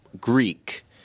Greek